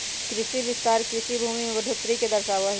कृषि विस्तार कृषि भूमि में बढ़ोतरी के दर्शावा हई